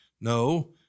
No